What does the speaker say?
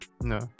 No